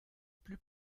plus